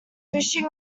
fishing